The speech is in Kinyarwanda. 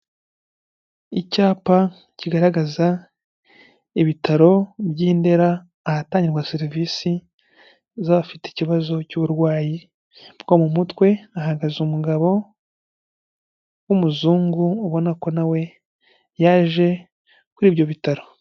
Icyapa kigaragaza ibitaro by'i Ndera, ahatangirwa serivisi zabafite ikibazo cy'uburwayi bwo mu mutwe, hahagaze umugabo w'umuzungu ubona ko nawe yaje kuri ibyo bitaro.